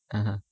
(uh huh)